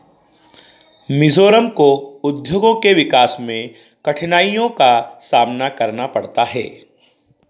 मिज़ोरम को उद्योगों के विकास में कठिनाइयों का सामना करना पड़ता है